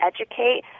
educate